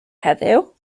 heddiw